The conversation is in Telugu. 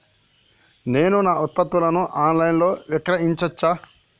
నేను నా ఉత్పత్తులను ఆన్ లైన్ లో విక్రయించచ్చా?